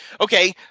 okay